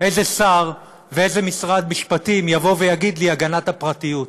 איזה שר ואיזה משרד משפטים יבוא ויגיד לי: הגנת הפרטיות,